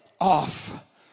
off